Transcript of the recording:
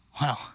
Wow